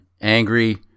angry